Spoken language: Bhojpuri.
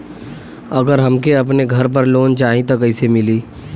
अगर हमके अपने घर पर लोंन चाहीत कईसे मिली?